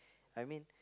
I mean